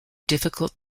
difficult